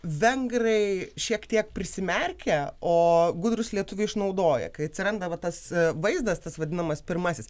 vengrai šiek tiek prisimerkia o gudrūs lietuviai išnaudoja kai atsiranda vat tas vaizdas tas vadinamas pirmasis